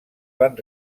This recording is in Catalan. van